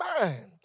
mind